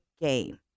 game